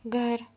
घर